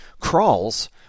crawls